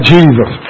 Jesus